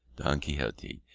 don quixote,